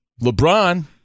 LeBron